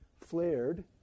flared